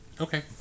Okay